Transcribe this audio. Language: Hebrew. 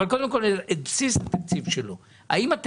אבל קודם כל הוא מדבר על בסיס התקציב שלו.